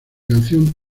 canción